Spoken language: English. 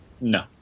No